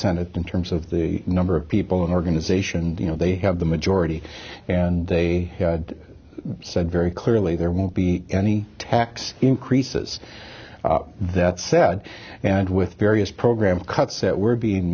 senate in terms of the number of people in organization you know they have the majority and they said very clearly there won't be any tax increases that said and with various program cuts that were being